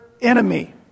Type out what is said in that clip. enemy